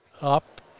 up